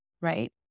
right